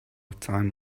time